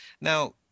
Now